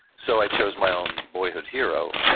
so i chose my own boyhood hero,